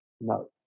no